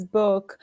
book